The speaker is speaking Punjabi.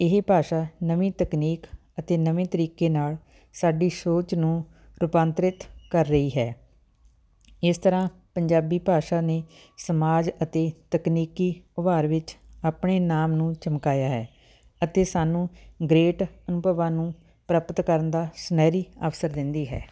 ਇਹ ਭਾਸ਼ਾ ਨਵੀਂ ਤਕਨੀਕ ਅਤੇ ਨਵੇਂ ਤਰੀਕੇ ਨਾਲ ਸਾਡੀ ਸੋਚ ਨੂੰ ਰੂਪਾਂਤਰਿਤ ਕਰ ਰਹੀ ਹੈ ਇਸ ਤਰ੍ਹਾਂ ਪੰਜਾਬੀ ਭਾਸ਼ਾ ਨੇ ਸਮਾਜ ਅਤੇ ਤਕਨੀਕੀ ਉਭਾਰ ਵਿੱਚ ਆਪਣੇ ਨਾਮ ਨੂੰ ਚਮਕਾਇਆ ਹੈ ਅਤੇ ਸਾਨੂੰ ਗਰੇਟ ਅਨੁਭਵਾਂ ਨੂੰ ਪ੍ਰਾਪਤ ਕਰਨ ਦਾ ਸੁਨਹਿਰੀ ਅਵਸਰ ਦਿੰਦੀ ਹੈ